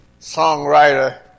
Songwriter